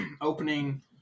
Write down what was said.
opening